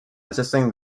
assisting